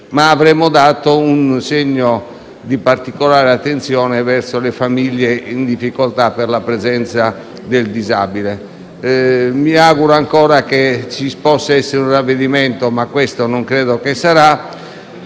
ma avremmo dato un segno di particolare attenzione verso le famiglie in difficoltà per la presenza di un disabile. Mi auguro ancora che ci possa essere un ravvedimento, ma non credo che ci sarà.